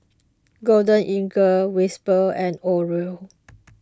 Golden Eagle Whisper and Oreo